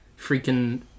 freaking